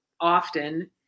often